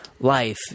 Life